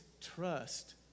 trust